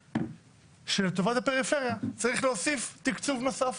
שלטובת הפריפריה צריך להוסיף תקצוב נוסף.